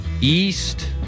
east